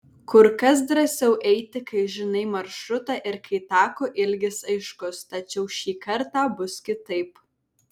kur kas drąsiau eiti kai žinai maršrutą ir kai tako ilgis aiškus tačiau šį kartą bus kitaip